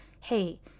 hey